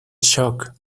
shock